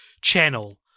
channel